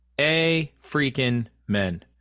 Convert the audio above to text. A-freaking-men